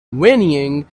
whinnying